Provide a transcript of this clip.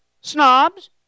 snobs